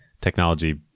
technology